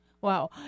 Wow